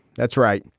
that's right.